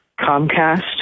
Comcast